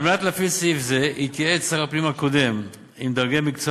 על מנת להפעיל סעיף זה התייעץ שר הפנים הקודם עם דרגי מקצוע